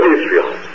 Israel